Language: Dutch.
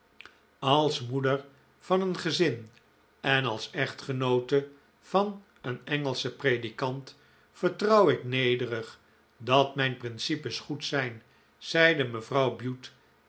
als moeder van een gezin en als echtgenoote van een engelschen predikant vertrouw ik nederig dat mijn principes goed zijn zeide mevrouw bute